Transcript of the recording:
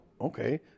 okay